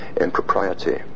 impropriety